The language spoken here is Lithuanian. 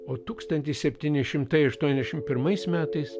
o tūkstantis septyni šimtai aštuoniasdešim pirmais metais